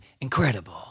Incredible